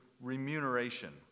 remuneration